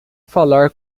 falar